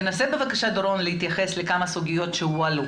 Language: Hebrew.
תנסה בבקשה להתייחס לכמה סוגיות שהועלו